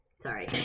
Sorry